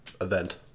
event